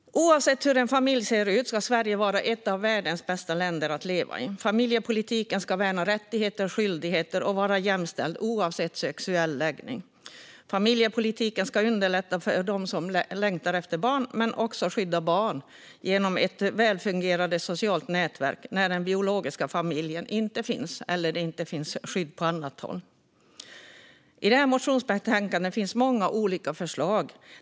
Oavsett hur en familj ser ut ska Sverige vara ett av världens bästa länder att leva i. Familjepolitiken ska värna rättigheter och skyldigheter och vara jämställd oavsett människors sexuella läggning. Familjepolitiken ska underlätta för dem som längtar efter barn men också skydda barn genom ett välfungerande socialt nätverk när den biologiska familjen inte finns eller när det inte finns skydd på annat håll. I det här motionsbetänkandet finns många olika förslag.